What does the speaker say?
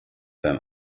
beim